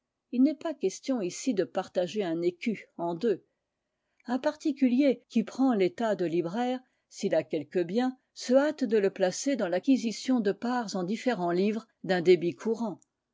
il n'est pas question ici de partager un écu en deux un particulier qui prend l'état de libraire s'il a quelque bien se hâte de le placer dans l'acquisition de parts en différents livres d'un débit courant